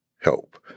help